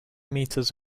meters